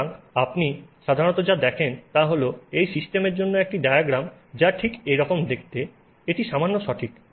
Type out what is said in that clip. সুতরাং আপনি সাধারণত যা দেখেন তা হল এই সিস্টেমের জন্য একটি ডায়াগ্রাম যা ঠিক এরকম দেখতে এটি সামান্য সঠিক